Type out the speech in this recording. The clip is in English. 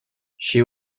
she